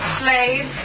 slave